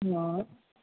હ